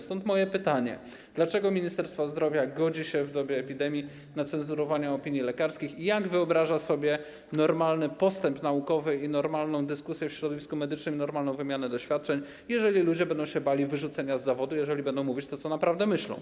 Stąd moje pytanie, dlaczego Ministerstwo Zdrowia godzi się w dobie epidemii na cenzurowanie opinii lekarskich, jak wyobraża sobie normalny postęp naukowy i normalną dyskusję w środowisku medycznym, normalną wymianę doświadczeń, gdy ludzie będą się bali wyrzucenia z zawodu, gdy będą mówić to, co naprawdę myślą.